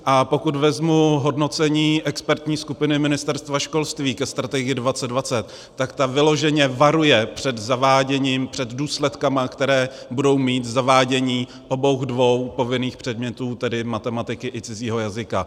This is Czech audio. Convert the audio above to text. A pokud vezmu hodnocení expertní skupiny Ministerstva školství ke Strategii 2020, tak ta vyloženě varuje před zaváděním, před důsledky, které budou mít zavádění obou dvou povinných předmětů, tedy matematiky i cizího jazyka.